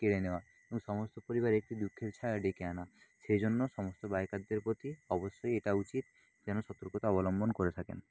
কেড়ে নেওয়া এবং সমস্ত পরিবারে একটি দুঃখের ছায়া ডেকে আনা সেই জন্য সমস্ত বাইকারদের প্রতি অবশ্যই এটা উচিত যেন সতর্কতা অবলম্বন করে থাকেন